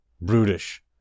brutish